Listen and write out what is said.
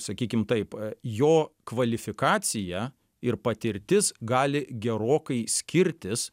sakykim taip jo kvalifikacija ir patirtis gali gerokai skirtis